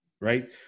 right